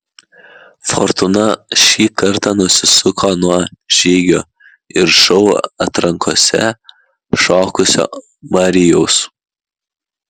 fortūna šį kartą nusisuko nuo žygio ir šou atrankose šokusio marijaus